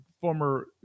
Former